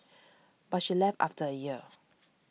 but she left after a year